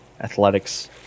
athletics